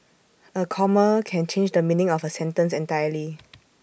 A comma can change the meaning of A sentence entirely